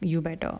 you better